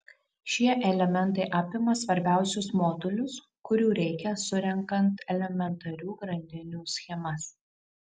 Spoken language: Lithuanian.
šie elementai apima svarbiausius modulius kurių reikia surenkant elementarių grandinių schemas